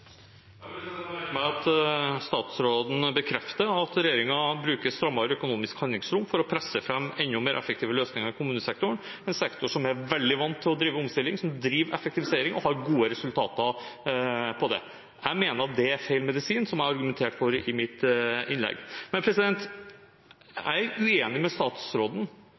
Jeg merker meg at statsråden bekrefter at regjeringen bruker et strammere økonomisk handlingsrom for å presse fram enda mer effektive løsninger i kommunesektoren, en sektor som er veldig vant til å drive med omstilling, som driver med effektivisering, og som har gode resultater her. Jeg mener at det er feil medisin, som jeg argumenterte for i mitt innlegg. Jeg er uenig med statsråden